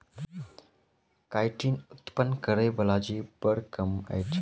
chitin उत्पन्न करय बला जीव बड़ कम अछि